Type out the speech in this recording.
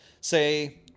Say